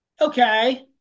Okay